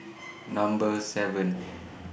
Number seven